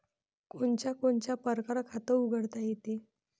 कोनच्या कोनच्या परकारं खात उघडता येते?